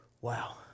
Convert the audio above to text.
wow